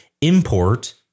import